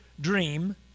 dream